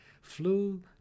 flew